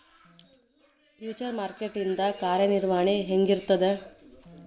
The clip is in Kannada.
ಫ್ಯುಚರ್ ಮಾರ್ಕೆಟ್ ಇಂದ್ ಕಾರ್ಯನಿರ್ವಹಣಿ ಹೆಂಗಿರ್ತದ?